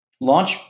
launch